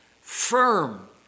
Firm